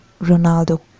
Ronaldo